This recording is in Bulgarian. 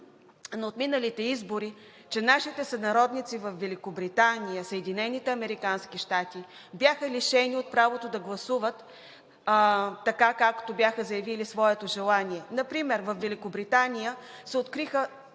на отминалите избори, че нашите сънародници във Великобритания, Съединените американски щати бяха лишени от правото да гласуват така, както бяха заявили своето желание. Например във Великобритания се откриха